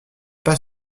pas